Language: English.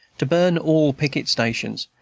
to burn all picket-stations,